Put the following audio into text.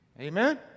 Amen